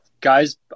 guys